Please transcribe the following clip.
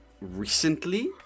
recently